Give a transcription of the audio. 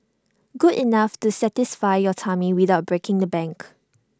good enough to satisfy your tummy without breaking the bank